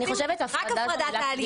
הפרדה,